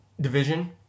division